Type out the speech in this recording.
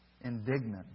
indignant